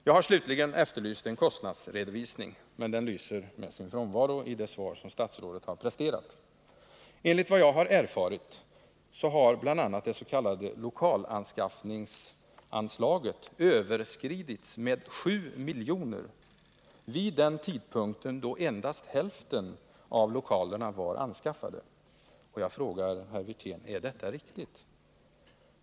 Jag har slutligen efterlyst en kostnadsredovisning, men den lyser med sin frånvaro i det svar som statsrådet har presterat. Enligt vad jag har erfarit har bl.a. det s.k. lokalanskaffningsanslaget överskridits med 7 milj.kr. vid den tidpunkt då endast hälften av lokalerna var anskaffade. Jag frågar herr Wirtén: Är detta riktigt?